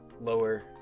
lower